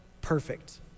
perfect